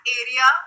area